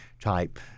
type